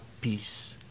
Peace